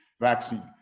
vaccine